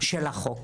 של החוק.